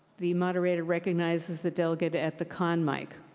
the moderator recognizes the delegate at the con mic.